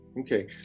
Okay